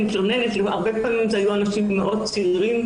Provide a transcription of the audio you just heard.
מתלוננת הרבה פעמים אלה היו אנשים צעירים מאוד,